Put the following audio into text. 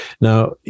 now